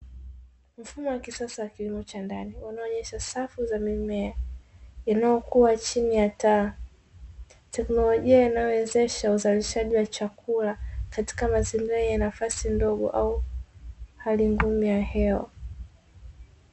Mfumo wa kisasa wa kilimo cha ndani unaonyesha safu za mimea inayokuwa chini ya taa. Teknolojia inayowezesha uzalishaji wa chakula katika mazingira yenye nafasi ndogo au hali ngumu ya hewa.